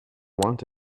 want